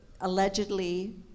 allegedly